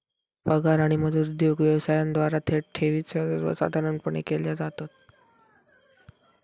पगार आणि मजुरी देऊक व्यवसायांद्वारा थेट ठेवी सर्वसाधारणपणे केल्या जातत